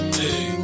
hey